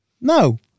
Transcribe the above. No